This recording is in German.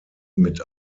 mit